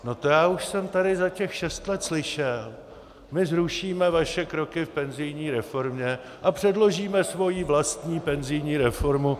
No, to já už jsem tady za těch šest let slyšel my zrušíme vaše kroky v penzijní reformě a předložíme svoji vlastní penzijní reformu.